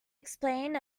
explain